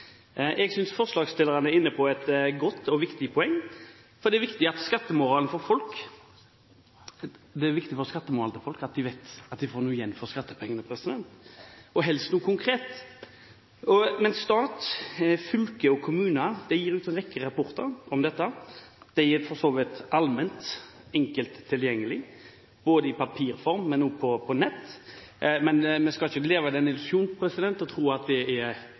Jeg synes forslagsstillerne er inne på et godt og viktig poeng, for det er viktig for skattemoralen til folk at de vet at de får noe igjen for skattepengene, og helst noe konkret. Stat, fylker og kommuner gir ut en rekke rapporter om dette. De er for så vidt allment og enkelt tilgjengelig både i papirform og på nett, men vi skal ikke ha noen illusjon om at de er blitt folkelesning. Vi ser også at ulike medier hvert eneste år – i hvert fall i de årene det